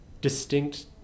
distinct